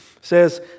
says